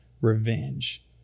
revenge